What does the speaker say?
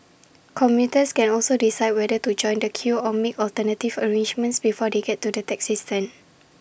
commuters can also decide whether to join the queue or make alternative arrangements before they get to the taxi stand